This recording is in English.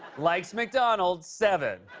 likes mcdonald's, seven.